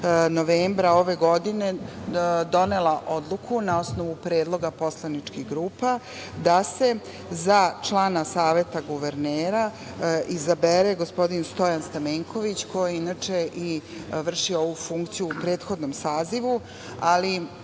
novembra 2021. godine, donela Odluku na osnovu predloga poslaničkih grupa da se za člana Saveta guvernera izabere gospodin Stojan Stamenković koji, inače i vrši ovu funkciju u prethodnom sazivu. Ono